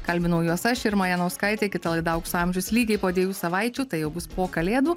kalbinau juos aš irma janauskaitė kita laida aukso amžius lygiai po dviejų savaičių tai jau bus po kalėdų